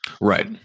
Right